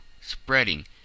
spreading